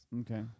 okay